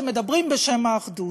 שמדברים בשם האחדות,